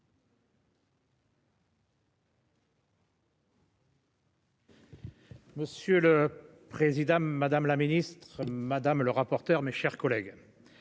Monsieur le président, madame la ministre madame le rapporteur, mes chers collègues.